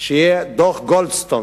שיהיה דוח גולדסטון,